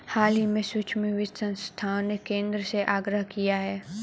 हाल ही में सूक्ष्म वित्त संस्थाओं ने केंद्र से आग्रह किया है